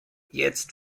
jetzt